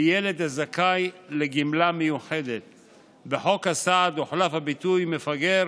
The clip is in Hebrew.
ב"ילד הזכאי לגמלה מיוחדת"; בחוק הסעד הוחלף הביטוי "מפגר"